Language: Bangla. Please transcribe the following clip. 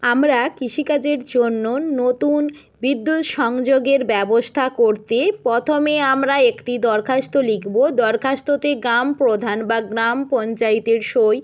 আমরা কৃষিকাজের জন্য নতুন বিদ্যুৎ সংযোগের ব্যবস্থা করতে প্রথমে আমরা একটি দরখাস্ত লিখব দরখাস্ততে গ্রাম প্রধান বা গ্রাম পঞ্চায়েতের সই